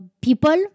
people